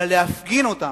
אלא להפגין אותן,